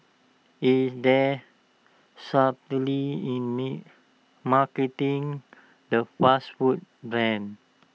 is there subtlety in marketing the fast food brand